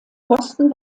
posten